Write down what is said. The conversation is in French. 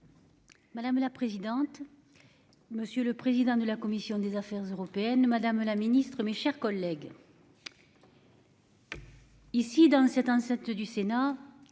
Madame la présidente. Monsieur le président de la commission des Affaires européennes. Madame la Ministre, mes chers collègues. Ici dans cette du Sénat.